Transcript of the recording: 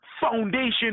foundation